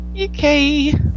Okay